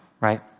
right